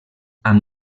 amb